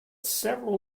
several